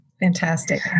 Fantastic